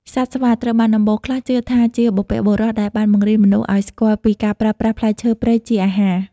សត្វស្វា ត្រូវបានអំបូរខ្លះជឿថាជាបុព្វបុរសដែលបានបង្រៀនមនុស្សឱ្យស្គាល់ពីការប្រើប្រាស់ផ្លែឈើព្រៃជាអាហារ។